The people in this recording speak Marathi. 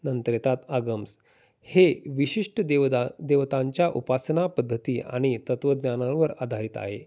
नंतर येतात आगम्स हे विशिष्ट देवदा देवतांच्या उपासना पद्धती आनि तत्वज्ञानांवर आधारित आहे